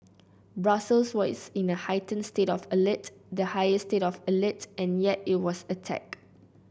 Brussels was in a heightened state of alert the highest state of alert and yet it was attacked